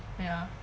ya